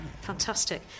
fantastic